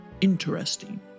interesting